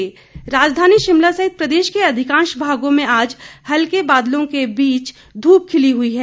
मौसम राजधानी शिमला सहित प्रदेश के अधिकांश भागों में आज हल्के बादलों के बीच ध्रप खिली हुई है